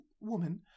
woman